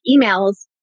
emails